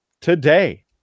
today